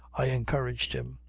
i encouraged him.